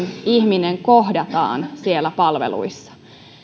ihminen kohdataan siellä palveluissa